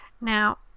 Now